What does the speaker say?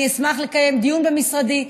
אני אשמח לקיים דיון במשרדי,